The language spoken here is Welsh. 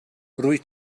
rwyt